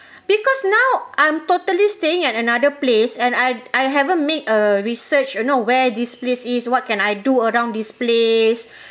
because now I'm totally staying at another place and I I haven't made a research you know where this place is what can I do around this place